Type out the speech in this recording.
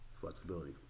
flexibility